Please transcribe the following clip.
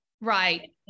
Right